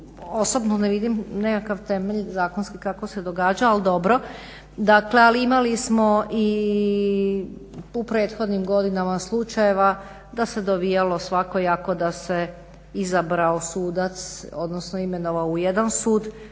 osobno ne vidim nekakav temelj zakonski kako se događao ali dobro. Dakle, ali imali smo i u prethodnim godinama slučajeva da se dovijalo svakojako, da se izabrao sudac, odnosno imenovao u jedan sud,